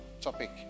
topic